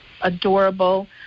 adorable